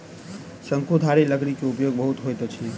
शंकुधारी लकड़ी के उपयोग बहुत होइत अछि